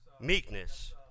meekness